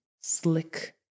slick